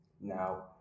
now